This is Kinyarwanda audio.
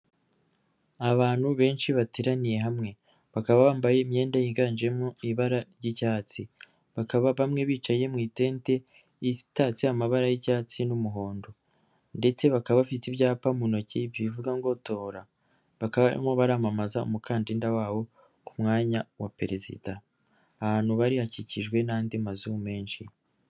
Abantu benshi bateraniye hamwe, bakaba bambaye imyenda yiganjemo ibara ry'icyatsi, bakaba bamwe bicaye mu itende itatse amabara y'icyatsi n'umuhondo ndetse bakaba bafite ibyapa mu ntoki bivuga ngo tora, bakaba barimo baramamaza umukandida wabo ku mwanya wa perezida, ahantu bari hakikijwe n'andi mazu menshi.